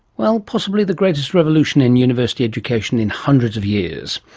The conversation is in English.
well, possibly the greatest revolution in university education in hundreds of years.